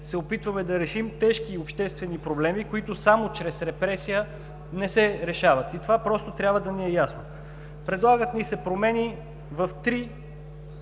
се опитваме да решим тежки обществени проблеми, които само чрез репресия не се решават. Това просто трябва да ни е ясно. Предлагат ни се промени в три